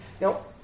Now